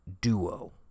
duo